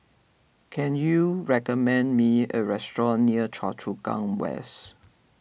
can you recommend me a restaurant near Choa Chu Kang West